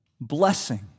blessing